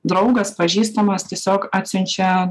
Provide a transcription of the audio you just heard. draugas pažįstamas tiesiog atsiunčia